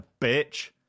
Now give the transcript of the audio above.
bitch